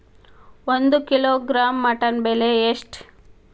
ಒಂದು kilogram mutton ಬೆಲೆ ಎಷ್ಟ್?